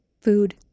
Food